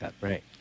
right